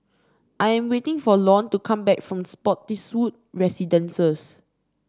I am waiting for Lorne to come back from Spottiswoode Residences